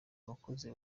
abakozi